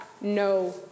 no